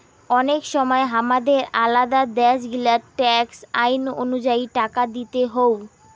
অনেক সময় হামাদের আলাদা দ্যাশ গিলার ট্যাক্স আইন অনুযায়ী টাকা দিতে হউ